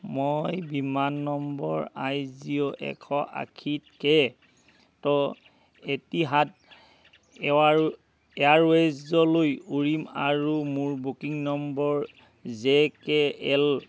মই বিমান number I G O এশ আশীতকৈ ত এটিহাদ এৱাৰ এয়াৰৱেজলৈ উৰিম আৰু মোৰ booking number J K L